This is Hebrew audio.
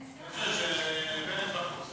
הרווחה והבריאות